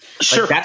Sure